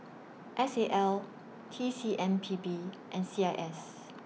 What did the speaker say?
S A L T C M P B and C I S